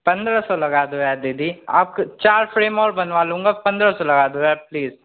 पन्द्रह सौ लगा दो यार दिदी आप क चार फ्रेम और बनवा लूँगा पन्द्रह सौ लगा दो यार प्लीज